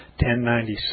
1096